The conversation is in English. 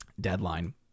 Deadline